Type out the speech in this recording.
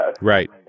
Right